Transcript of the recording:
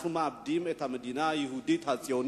אנחנו מאבדים את המדינה היהודית-הציונית.